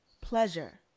pleasure